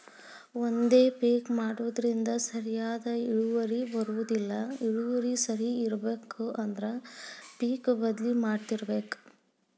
ಒಂದೇ ಪಿಕ್ ಮಾಡುದ್ರಿಂದ ಸರಿಯಾದ ಇಳುವರಿ ಬರುದಿಲ್ಲಾ ಇಳುವರಿ ಸರಿ ಇರ್ಬೇಕು ಅಂದ್ರ ಪಿಕ್ ಬದ್ಲಿ ಮಾಡತ್ತಿರ್ಬೇಕ